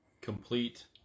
complete